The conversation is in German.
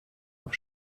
auf